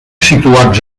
situats